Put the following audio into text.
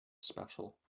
special